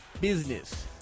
business